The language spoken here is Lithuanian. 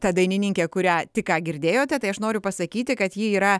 ta dainininkė kurią tik ką girdėjote tai aš noriu pasakyti kad ji yra